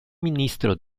ministro